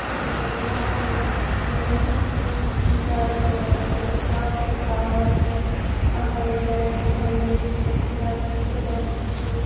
یِتھٕے کٔنۍ چھِ آسان یِم چھِ جایہِ چھِ نِشاط چھِ شالیمار چھِ پَنٕنٮ۪ن پَنٕنٮ۪ن جایَن پَنُن پَنُن یہِ وُچھُن خُدایہِ سٕنٛز قۅدرَتھ وُچھِنۍ